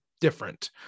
different